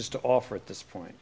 es to offer at this point